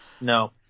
No